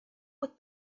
with